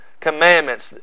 Commandments